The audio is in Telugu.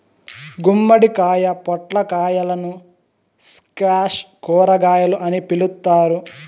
గుమ్మడికాయ, పొట్లకాయలను స్క్వాష్ కూరగాయలు అని పిలుత్తారు